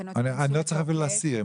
אני לא צריך להסיר.